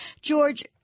george